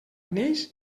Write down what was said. neix